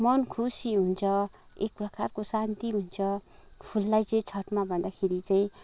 मन खुसी हुन्छ एक प्रकारको शान्ति हुन्छ फुललाई चाहिँ छतमा भन्दाखेरि चाहिँ